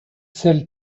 sell